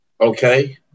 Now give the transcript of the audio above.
Okay